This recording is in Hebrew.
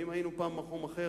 ואם היינו פעם במקום אחר,